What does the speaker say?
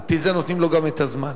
על-פי זה נותנים לו גם את הזמן.